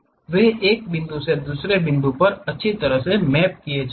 वे एक बिंदु से दूसरे बिंदु पर अच्छी तरह से मैप किए जाएंगे